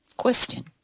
Question